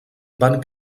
van